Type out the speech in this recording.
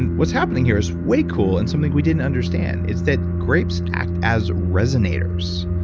and what's happening here is way cool and something we didn't understand is that grapes act as resonators.